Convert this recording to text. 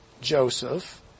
Joseph